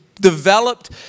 developed